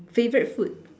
favorite food